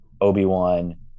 Obi-Wan